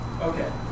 Okay